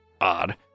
odd